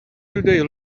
they